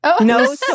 No